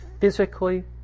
physically